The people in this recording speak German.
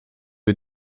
wir